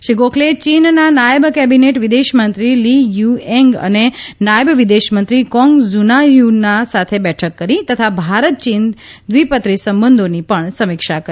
શ્રી ગોખલેએ ચીનના નાયબ કેબિનેટ વિદેશમંત્રી લી ્યએંગ અને નાયબ વિદેશમંત્રી કોંગ ઝનાન્ય સાથે બેઠક કરી તથા ભારત ચીન દ્વિપત્રી સંબંધોની પગ્ન સમીક્ષા કરી